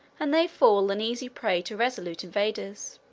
and they fall an easy prey to resolute invaders.